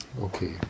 Okay